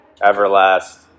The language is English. Everlast